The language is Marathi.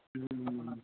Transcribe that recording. हं हं हं हं